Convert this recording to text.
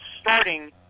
starting